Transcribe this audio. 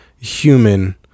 human